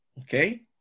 Okay